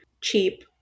cheap